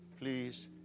please